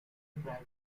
bragg